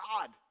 God